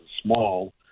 small